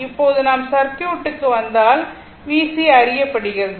இப்போது நாம் சர்க்யூட்க்கு வந்தால் இப்போது VC அறியப்படுகிறது